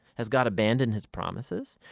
has god abandoned his promises?